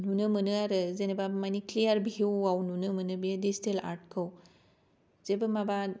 नुनो मोनो आरो जेनबा मानि क्लियार भिउ आव नुनो मोनो बे डिजिटेल आर्ट खौ जेबो माबा